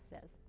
says